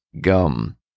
gum